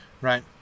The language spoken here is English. right